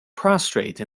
prostrate